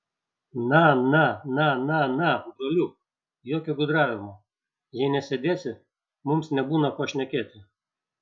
na na na na na broliuk jokio gudravimo jei nesėdėsi mums nebūna ko šnekėti